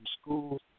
schools